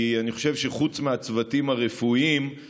כי אני חושב שחוץ מהצוותים הרפואיים,